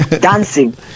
dancing